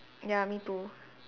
ya me too